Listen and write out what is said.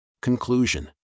Conclusion